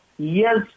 Yes